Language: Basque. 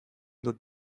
dut